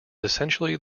essentially